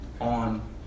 on